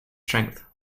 strength